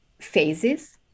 phases